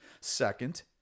Second